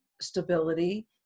stability